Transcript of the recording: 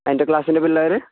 എൻ്റെ ക്ലാസ്സിലെ പിള്ളേർ